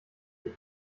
ich